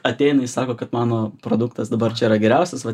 ateina jis sako kad mano produktas dabar čia yra geriausias vat